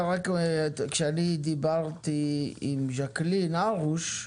כשדיברתי עם ג'קלין הרוש,